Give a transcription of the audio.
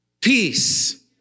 peace